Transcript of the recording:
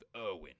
Irwin